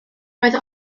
roedd